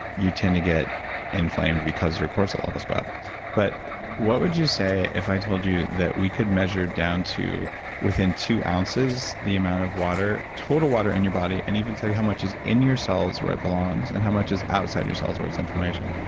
you tend to get inflamed because your cortisol levels go up but what would you say if i told you that we could measure down to within two ounces the amount of total water in your body and even tell you how much is in your cells where it belongs and how much is outside your cells where it's inflammation?